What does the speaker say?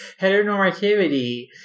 heteronormativity